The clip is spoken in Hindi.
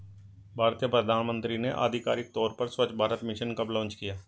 भारतीय प्रधानमंत्री ने आधिकारिक तौर पर स्वच्छ भारत मिशन कब लॉन्च किया?